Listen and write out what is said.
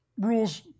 rules